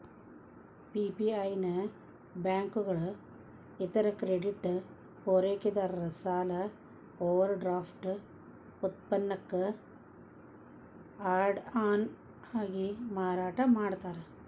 PPI ನ ಬ್ಯಾಂಕುಗಳ ಇತರ ಕ್ರೆಡಿಟ್ ಪೂರೈಕೆದಾರ ಸಾಲ ಓವರ್ಡ್ರಾಫ್ಟ್ ಉತ್ಪನ್ನಕ್ಕ ಆಡ್ ಆನ್ ಆಗಿ ಮಾರಾಟ ಮಾಡ್ತಾರ